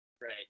right